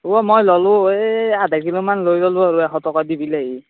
অ' মই ল'লোঁ এই আধা কিলো মান লৈ ল'লো এশ টকা দি বিলাহী